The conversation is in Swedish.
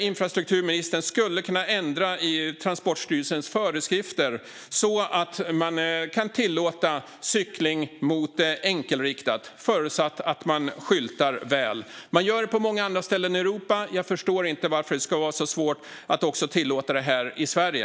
Infrastrukturministern skulle kunna ändra i Transportstyrelsens föreskrifter så att man kan tillåta cykling mot enkelriktat, förutsatt att det skyltas väl. Man gör det på många andra ställen i Europa. Jag förstår inte varför det ska vara så svårt att tillåta det här i Sverige.